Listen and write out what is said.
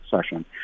session